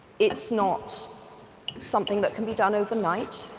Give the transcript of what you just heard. it's not something that can be done overnight,